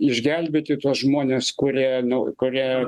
išgelbėti tuos žmones kurie nu kurie